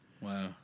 Wow